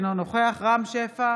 אינו נוכח רם שפע,